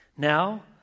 Now